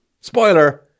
Spoiler